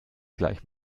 gleich